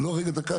לא, רגע, דקה.